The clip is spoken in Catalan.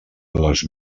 les